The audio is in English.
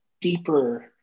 deeper